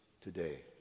today